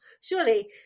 surely